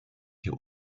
hier